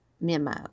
memo